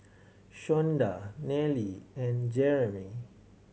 Shonda Nellie and Jerimy